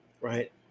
right